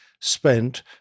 spent